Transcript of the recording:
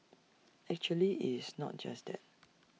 actually it's not just that